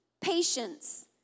patience